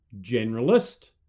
generalist